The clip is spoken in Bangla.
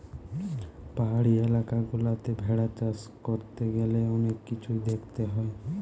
পাহাড়ি এলাকা গুলাতে ভেড়া চাষ করতে গ্যালে অনেক কিছুই দেখতে হয়